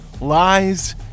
lies